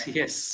yes